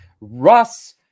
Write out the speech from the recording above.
Russ